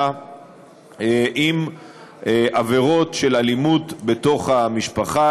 עם עבירות של אלימות בתוך המשפחה,